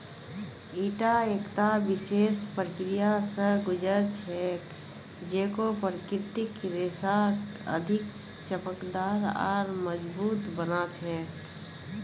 ईटा एकता विशेष प्रक्रिया स गुज र छेक जेको प्राकृतिक रेशाक अधिक चमकदार आर मजबूत बना छेक